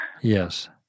Yes